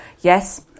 Yes